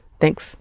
Thanks